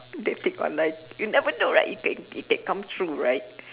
dating online you never know right it can it can come true right